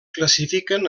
classifiquen